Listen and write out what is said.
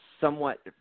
somewhat